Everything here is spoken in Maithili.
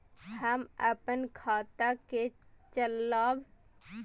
हम अपन खाता के चलाब?